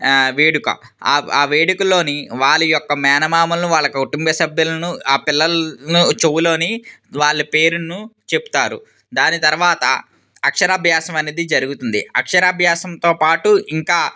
వేడుక ఆ వేడుకలోని వాళ్ళ యొక్క మేనమామలు వాళ్ళ కుటుంబసభ్యులను ఆ పిల్లలను చెవిలోని వాళ్ళ పేరును చెప్తారు దాని తర్వాత అక్షరాభ్యాసం అనేది జరుగుతుంది అక్షరాభ్యాసంతో పాటు ఇంకా